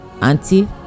Auntie